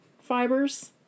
fibers